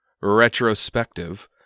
retrospective